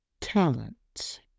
Talent